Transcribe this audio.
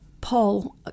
Paul